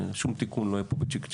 שום תיקון לא יהיה פה צ'יק צ'ק,